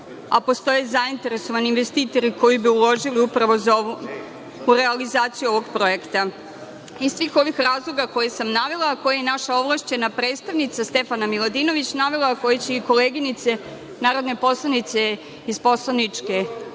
a postoje zainteresovani investitori koji bi uložili upravo za realizaciju ovog projekta. Iz svih ovih razloga koje sam navela, koje je naša ovlašćena predstavnica Stefana Miladinović navela, koje će i koleginice narodne poslanice iz poslaničke